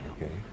Okay